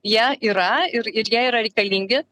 jie yra ir ir jie yra reikalingi